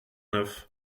neuf